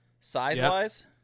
size-wise